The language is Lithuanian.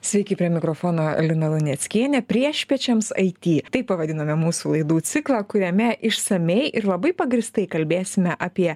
sveiki prie mikrofono lina luneckienė priešpiečiams it taip pavadinome mūsų laidų ciklą kuriame išsamiai ir labai pagrįstai kalbėsime apie